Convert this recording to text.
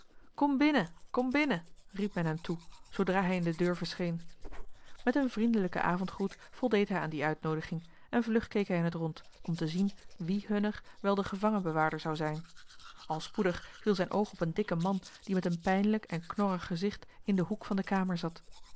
kom binnen kom binnen riep men hem toe zoodra hij in de deur verscheen met een vriendelijken avondgroet voldeed hij aan die uitnoodiging en vlug keek hij in het rond om te zien wie hunner wel de gevangenbewaarder zou zijn al spoedig viel zijn oog op een dikken man die met een pijnlijk en knorrig gezicht in den hoek van de kamer zat